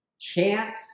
chance